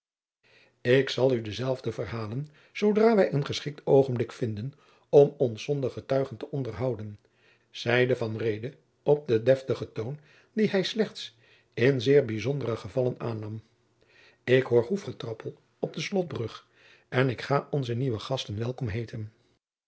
ik zal u dezelve verhalen zoodra wij een geschikt oogenblik vinden om ons zonder getuigen te onderhouden zeide van reede op den deftigen toon dien hij slechts in zeer bijzondere gevallen aannam ik hoor hoefgetrappel op de slotbrug en ik ga onze nieuwe gasten welkom heeten